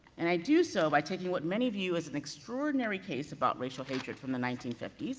and i do so, by taking what many of you, as an extraordinary case about racial hatred from the nineteen fifty s,